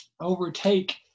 overtake